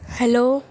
hello